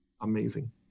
amazing